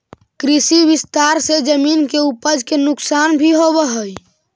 कृषि विस्तार से जमीन के उपज के नुकसान भी होवऽ हई